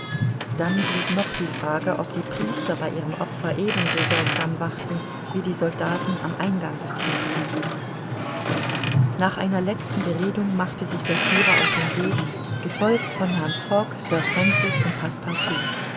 dann blieb noch die frage ob die priester bei ihrem opfer ebenso sorgsam wachten wie die soldaten am eingang des tempels nach einer letzten beredung machte sich der führer auf den weg gefolgt von herrn fogg sir francis und